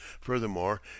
furthermore